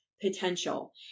potential